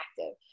active